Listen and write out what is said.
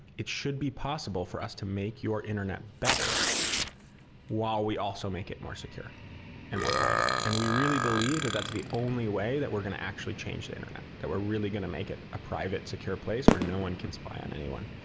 it should be possible for us to make your internet better while we also make it more secure and more private, and we really believe that that's the only way that we're going to actually change the internet. that's we're really going to make it a private secure place where no one can spy on anyone,